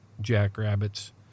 jackrabbits